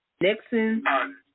Nixon